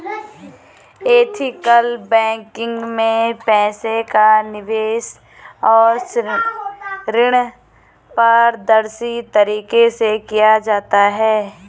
ethical banking में पैसे का निवेश और ऋण पारदर्शी तरीके से किया जाता है